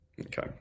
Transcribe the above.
Okay